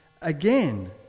Again